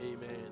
Amen